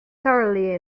thoroughly